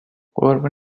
قربون